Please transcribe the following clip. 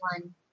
one